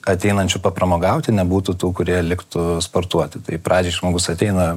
ateinančių papramogauti nebūtų tų kurie liktų sportuoti tai pradžiai žmogus ateina